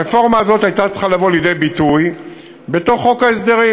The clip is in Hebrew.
הרפורמה הזאת הייתה צריכה לבוא ליד ביטוי בחוק ההסדרים.